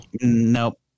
Nope